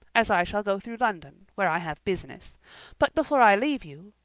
as i shall go through london, where i have business but before i leave you,